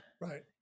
right